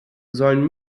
sollen